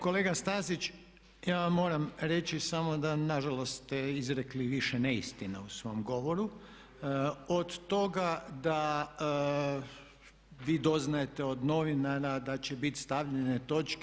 Kolega Stazić, ja vam moram reći samo da na žalost ste izrekli više neistina u svom govoru, od toga da vi doznajete od novinara da će bit stavljene točke.